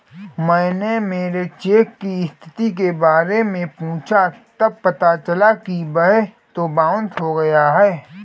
मैंने मेरे चेक की स्थिति के बारे में पूछा तब पता लगा कि वह तो बाउंस हो गया है